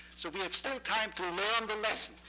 so we have still time to learn the lesson,